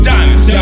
Diamonds